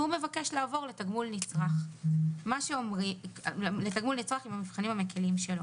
והוא מבקש לעבור לתגמול נצרך עם המבחנים המקלים שלו.